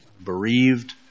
bereaved